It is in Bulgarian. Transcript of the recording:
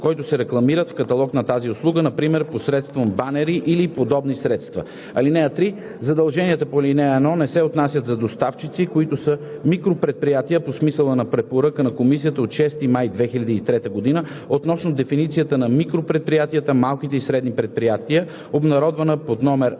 които се рекламират в каталога на тази услуга, например посредством банери или подобни средства. (3) Задълженията по ал. 1 не се отнасят за доставчици, които са микропредприятия по смисъла на Препоръка на Комисията от 6 май 2003 г. относно дефиницията на микропредприятията, малките и средните предприятия (обнародвана под номер